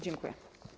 Dziękuję.